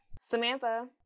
Samantha